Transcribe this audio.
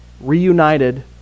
reunited